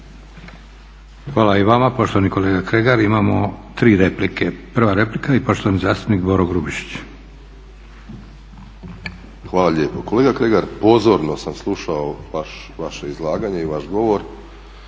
Hvala i vama poštovani kolega Kregar. Imamo tri replike. Prva replika i poštovani zastupnik Boro Grubišić. **Grubišić, Boro (HDSSB)** Hvala lijepo. Kolega Kregar pozorno sam slušao vaše izlaganje i vaš govor